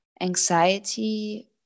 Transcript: anxiety